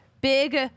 big